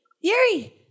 Yuri